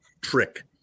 trick